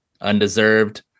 undeserved